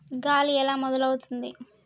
గాలి ఎలా మొదలవుతుంది?